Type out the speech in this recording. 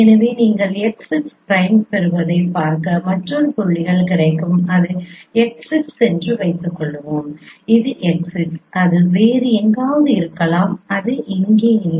எனவே நீங்கள் x 6 prime பெறுவதைப் பார்க்க மற்றொரு புள்ளிகள் கிடைக்கும் இது x 6 என்று வைத்துக்கொள்வோம் இது x 6 அது வேறு எங்காவது இருக்கலாம் அது இங்கே இல்லை